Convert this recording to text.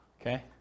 Okay